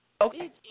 Okay